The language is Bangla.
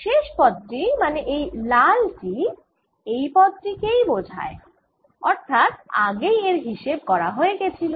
শেষ পদটি মানে এই লাল টি এই পদটি কেই বোঝায় অর্থাৎ আগেই এর হিসেব করা হয়ে গেছিল